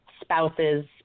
spouses